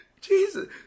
Jesus